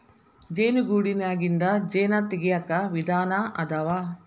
ಜೇನು ಗೂಡನ್ಯಾಗಿಂದ ಜೇನ ತಗಿಯಾಕ ವಿಧಾನಾ ಅದಾವ